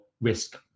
risk